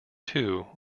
two